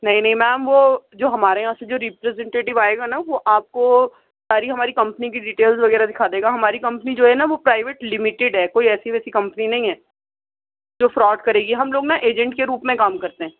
نہیں نہیں میم وہ جو ہمارے یہاں سے جو ریپریزنٹیٹیو آئے گا نا وہ آپ کو ساری ہماری کمپنی کی ڈیٹیلس وغیرہ دکھا دے گا ہماری کمپنی جو ہے نا وہ پرائیویٹ لمیٹیڈ ہے کوئی ایسی ویسی کمپنی نہیں ہے جو فراڈ کرے گی ہم لوگ نا ایجنٹ کے روپ میں کام کرتے ہیں